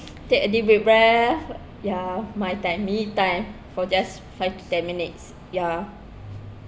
take a deep big breath ya my time me time for just five to ten minutes ya